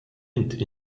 int